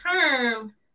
term